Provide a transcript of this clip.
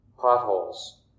potholes